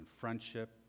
friendship